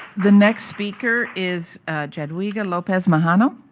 the next speaker is jadwiga lopez-majano.